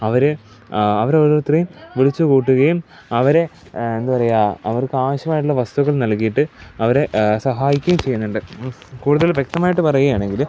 അവര് അവരോരോത്തരേയും വിളിച്ച് കൂട്ടുകയും അവരെ എന്താ പറയുക അവർക്കാവശ്യമായിട്ടുള്ള വസ്തുക്കൾ നൽകിയിട്ട് അവരെ സഹായിക്കുകയും ചെയ്യുന്നുണ്ട് കൂടുതൽ വ്യക്തമായിട്ട് പറയുകയാണെങ്കില്